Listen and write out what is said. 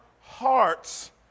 hearts